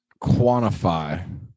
quantify